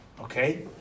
Okay